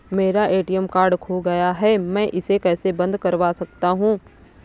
मेरा ATM card खो गया है मैं इसे कैसे बंद करवा सकता हूँ?